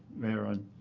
mayor, i'm